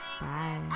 bye